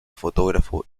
fotógrafo